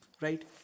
right